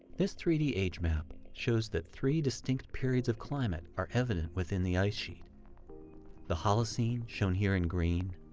this three d age map shows that three distinct periods of climate are evident within the ice sheet the holocene, shown here in green.